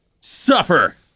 suffer